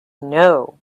know